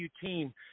team